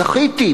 זכיתי,